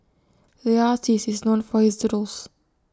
the artist is known for his doodles